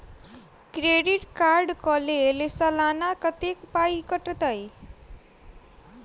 Credit card कऽ लेल सलाना कत्तेक पाई कटतै?